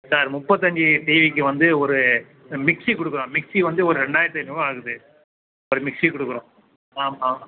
sir முப்பத்தஞ்சு டிவிக்கு வந்து ஒரு மிக்ஸி கொடுக்குறோம் மிக்ஸி வந்து ஒரு ரெண்டாயிரத்து ஐந்நூறுரூவா ஆகுது ஒரு மிக்ஸி கொடுக்குறோம் ஆமாம்